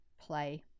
play